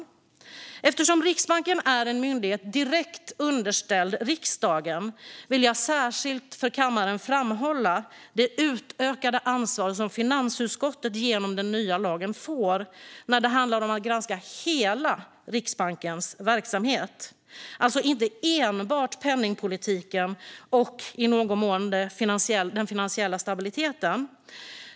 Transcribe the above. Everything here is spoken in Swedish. Eftersom Riksbanken är en myndighet direkt underställd riksdagen vill jag särskilt för kammaren framhålla det utökade ansvar som finansutskottet genom den nya lagen får när det handlar om att granska hela Riksbankens verksamhet, alltså inte enbart penningpolitiken och i någon mån den finansiella stabiliteten.